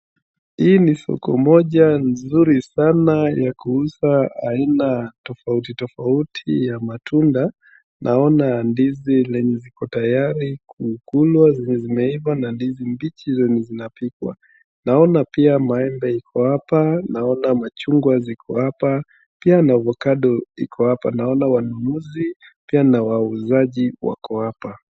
Hii ni soko moja nzuri sana ya kuuza aina tofauti tofauti ya matunda, naona ndizi lenye ziko tayari kukulwa, zenye zimeiva na ndizi mbichi zenye zinapikwa, naona pia maembe iko hapa, naona machungwa ziko hapa pia na avocado iko hapa, naona wanunuzi pia na wauzaji wako hapa.